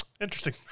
Interesting